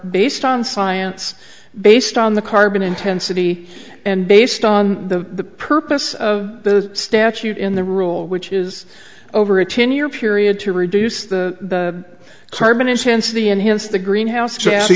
based on science based on the carbon intensity and based on the purpose of the statute in the rule which is over a ten year period to reduce the carbon intensity enhance the greenhouse